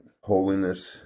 Holiness